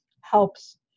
helps